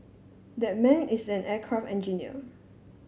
that man is an aircraft engineer